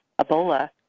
Ebola